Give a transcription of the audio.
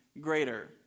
greater